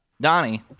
Donnie